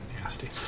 nasty